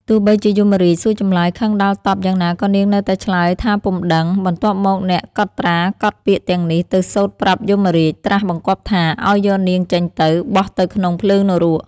ទោះបីជាយមរាជសួរចម្លើយ ខឹងដាល់តប់យ៉ាងណាក៏នាងនៅតែឆ្លើយថាពុំដឹង បន្ទាប់មកអ្នកកត់ត្រាកត់ពាក្យទាំងនេះទៅសូត្រប្រាប់យមរាជ ត្រាស់បង្គាប់ថា ឱ្យយកនាងចេញទៅ បោះទៅក្នុងភ្លើងនរក ។។